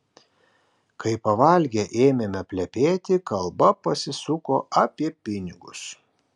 kai pavalgę ėmėme plepėti kalba pasisuko apie pinigus